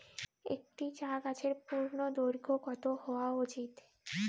একটি চা গাছের পূর্ণদৈর্ঘ্য কত হওয়া উচিৎ?